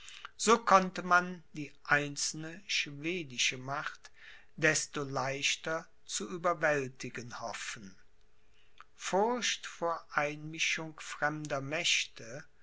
so konnte man die einzelne schwedische macht desto leichter zu überwältigen hoffen furcht vor einmischung fremder mächte